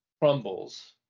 crumbles